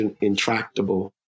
intractable